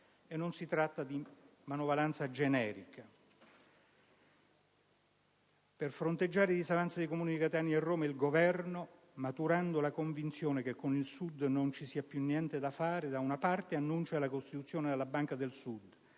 e non si tratta di manovalanza generica. Per fronteggiare i disavanzi dei Comuni di Catania e di Roma il Governo, maturando la convinzione che con il Sud non ci sia più niente da fare, da una parte annuncia la costituzione di una Banca per il Sud,